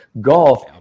golf